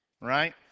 right